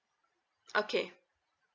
okay